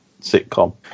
sitcom